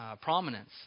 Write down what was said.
Prominence